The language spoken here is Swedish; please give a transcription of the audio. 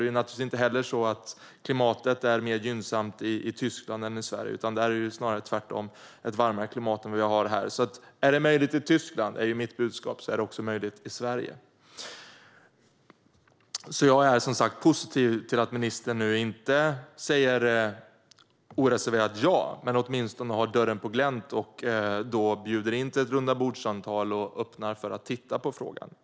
Det är naturligtvis inte heller ett mer gynnsamt klimat i Tyskland än i Sverige. Det är snarare tvärtom, ett varmare klimat där än vi har här. Mitt budskap är alltså att om det är möjligt i Tyskland är det också möjligt i Sverige. Jag är som sagt positiv till att ministern inte säger oreserverat nej utan åtminstone har dörren på glänt och bjuder in till rundabordssamtal och öppnar för att titta på frågan.